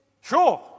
Sure